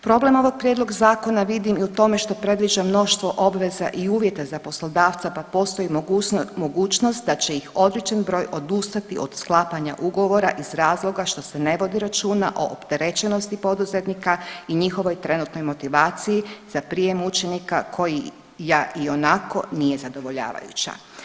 Problem ovog prijedloga zakona vidim i u tome što predviđa mnoštvo obveza i uvjeta za poslodavca, pa postoji mogućnost da će ih određen broj odustati od sklapanja ugovora iz razloga što se ne vodi računa o opterećenosti poduzetnika i njihovoj trenutnoj motivaciji za prijem učenika koja ionako nije zadovoljavajuća.